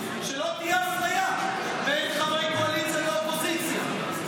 שלא תהיה אפליה בין חברי קואליציה לאופוזיציה.